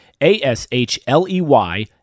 A-S-H-L-E-Y